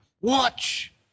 Watch